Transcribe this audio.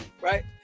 right